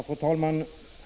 Fru talman!